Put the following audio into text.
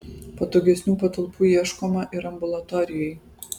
patogesnių patalpų ieškoma ir ambulatorijai